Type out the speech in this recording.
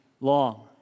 long